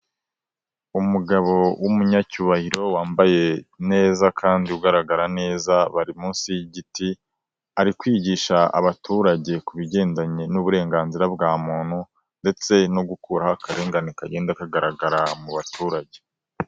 Umugabo w'umunyacyubahiro wambaye neza kandi ugaragara neza bari munsi y'igiti ari kwigisha abaturage ku bigendanye n'uburenganzira bwa muntu ndetse no gukuraho akarengane kagenda kagaragara mu baturage.